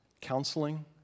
counseling